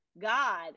god